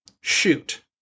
shoot